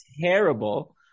terrible